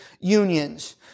unions